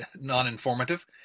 non-informative